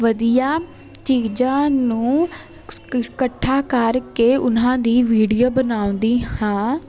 ਵਧੀਆ ਚੀਜ਼ਾਂ ਨੂੰ ਇਕੱਠਾ ਕਰਕੇ ਉਹਨਾਂ ਦੀ ਵੀਡੀਓ ਬਣਾਉਂਦੀ ਹਾਂ